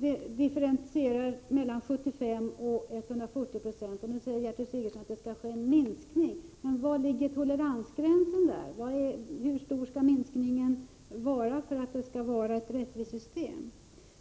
Det rör sig alltså om en differens från 75 till 140 9260. Nu säger Gertrud Sigurdsen att det skall ske en minskning, men var ligger toleransgränsen? Hur stor skall minskningen vara för att det skall bli ett rättvist system?